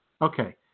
Okay